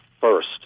first